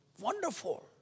Wonderful